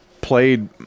Played